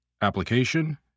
application